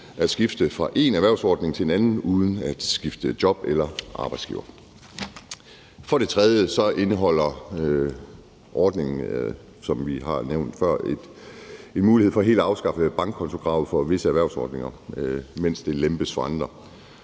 at skifte fra én erhvervsordning til en anden uden at skifte job eller arbejdsgiver. For det tredje indeholder ordningen, som vi har nævnt før, en mulighed for helt at afskaffe bankkontokravet for visse erhvervsordninger, mens det lempes for andre.